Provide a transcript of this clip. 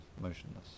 motionless